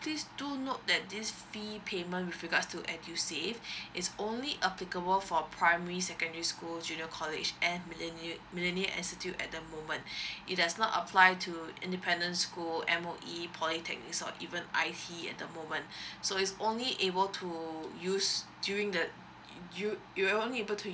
please do note that this fee payment with regards to edusave it's only applicable for primary secondary school junior college and milita~ military institute at the moment it does not apply to independent school M_O_E polytechnics or even I_T at the moment so it's only able to use during the you you will only able to